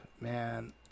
Man